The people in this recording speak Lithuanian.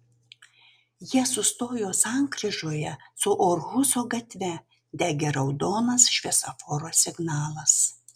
jie sustojo sankryžoje su orhuso gatve degė raudonas šviesoforo signalas